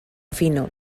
fino